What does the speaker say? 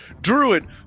Druid